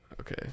Okay